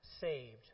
saved